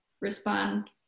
respond